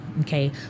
okay